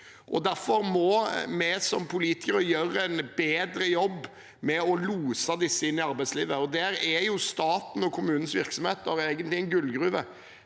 Derfor må vi som politikere gjøre en bedre jobb med å lose disse inn i arbeidslivet. Der er statens og kommunenes virksomheter egentlig en gullgruve.